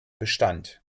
bestand